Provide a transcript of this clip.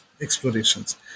Explorations